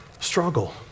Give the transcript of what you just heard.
struggle